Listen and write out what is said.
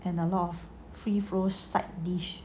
and a lot of free flow side dish